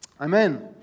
Amen